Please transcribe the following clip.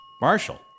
Marshall